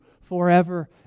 forever